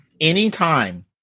Anytime